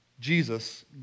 Jesus